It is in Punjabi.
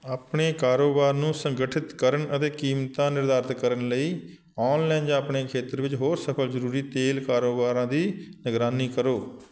ਆਪਣੇ ਕਾਰੋਬਾਰ ਨੂੰ ਸੰਗਠਿਤ ਕਰਨ ਅਤੇ ਕੀਮਤਾਂ ਨਿਰਧਾਰਤ ਕਰਨ ਲਈ ਔਨਲਾਈਨ ਜਾਂ ਆਪਣੇ ਖੇਤਰ ਵਿੱਚ ਹੋਰ ਸਫਲ ਜ਼ਰੂਰੀ ਤੇਲ ਕਾਰੋਬਾਰਾਂ ਦੀ ਨਿਗਰਾਨੀ ਕਰੋ